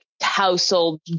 household